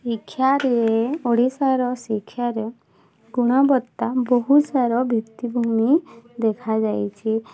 ଶିକ୍ଷାରେ ଓଡ଼ିଶାର ଶିକ୍ଷାରେ ଗୁଣବତ୍ତା ବହୁତ ସାର ଭିତ୍ତି ଭୂମି ଦେଖାଯାଇଛି